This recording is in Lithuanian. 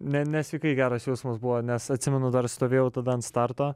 ne nesveikai geras jausmas buvo nes atsimenu dar stovėjau tada ant starto